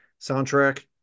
soundtrack